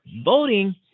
voting